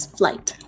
flight